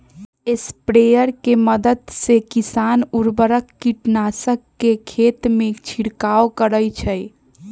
sprayer के मदद से किसान उर्वरक, कीटनाशक के खेतमें छिड़काव करई छई